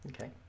Okay